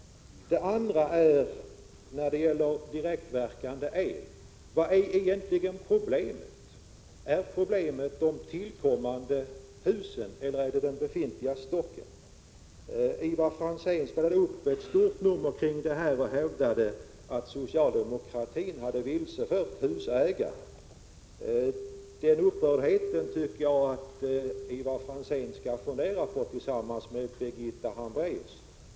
Den andra frågan gäller direktverkande el. Vad är egentligen problemet? Är problemet de tillkommande husen eller är det den befintliga stocken? Ivar Franzén spelade upp ett stort nummer kring detta och hävdade att socialdemokratin hade vilsefört husägarna. Den upprördheten tycker jag att Ivar Franzén skall fundera på tillsammans med Birgitta Hambraeus.